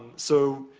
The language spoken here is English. so,